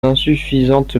insuffisante